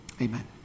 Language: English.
Amen